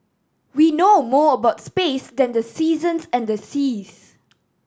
we know more about space than the seasons and the seas